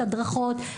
הדרכות,